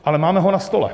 Ale máme ho na stole.